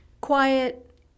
quiet